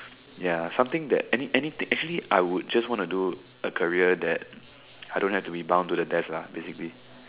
ya something that any any actually I would just want to do a career that I don't have to be bound to the desk lah basically